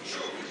חשוב.